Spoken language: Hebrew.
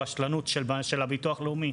הפילוח אז יש פה רשלנות של הביטוח הלאומי.